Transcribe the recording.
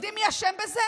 ואתם יודעים מי אשם בזה?